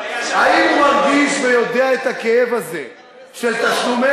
האם הוא מרגיש ויודע את הכאב הזה של תשלומי